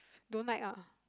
don't like uh